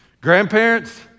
Grandparents